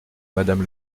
madame